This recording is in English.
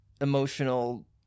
emotional